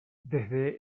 desde